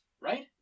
Right